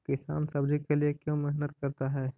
किसान सब्जी के लिए क्यों मेहनत करता है?